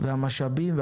המשאבים,